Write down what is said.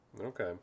Okay